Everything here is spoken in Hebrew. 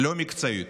לא מקצועית.